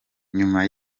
nyuma